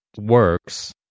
works